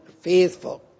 faithful